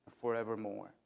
forevermore